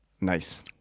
Nice